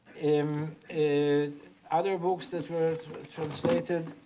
um and other books that were translated